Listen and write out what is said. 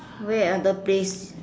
where other place